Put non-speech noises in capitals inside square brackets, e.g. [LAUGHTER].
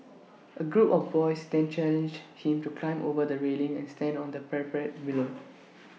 [NOISE] A group of boys then challenged him to climb over the railing and stand on the parapet [NOISE] below